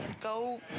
go